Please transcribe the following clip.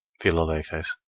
philalethes.